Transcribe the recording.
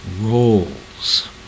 roles